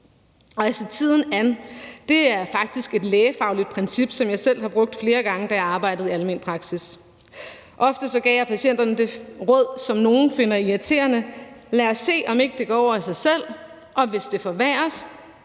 og at se tiden an er faktisk et lægefagligt princip, som jeg selv har brugt flere gange, da jeg arbejdede i almen praksis. Ofte gav jeg patienterne det råd, som nogle finder irriterende: Lad os se, om ikke det går over af sig selv, og hvis det forværres